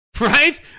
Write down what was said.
right